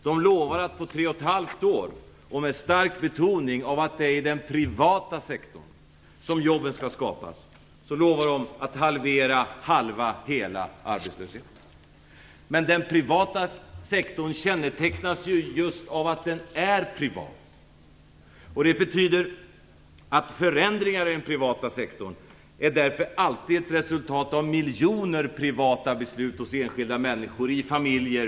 De lovar att på tre och ett halvt år - och med stark betoning av att det är i den privata sektorn som jobben skall skapas - halvera hela arbetslösheten. Men den privata sektorn kännetecknas ju just av att den är privat. Förändringar i den privata sektorn är därför alltid ett resultat av miljoner privata beslut hos enskilda människor i familjer.